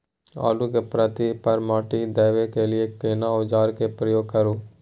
आलू के पाँति पर माटी देबै के लिए केना औजार के प्रयोग करू?